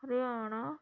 Haryana